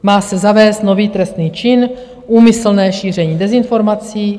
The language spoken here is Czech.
Má se zavést nový trestný čin: úmyslné šíření dezinformací.